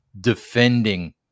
defending